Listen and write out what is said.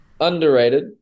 underrated